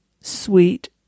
sweet